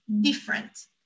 different